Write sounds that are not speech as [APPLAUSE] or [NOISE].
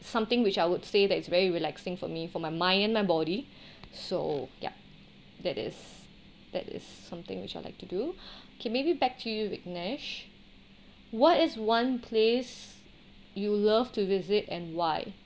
something which I would say that it's very relaxing for me for my mind and my body so ya that is that is something which I like to do [BREATH] can maybe back to you viknesh what is one place you love to visit and why